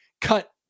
cut